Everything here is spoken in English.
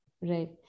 Right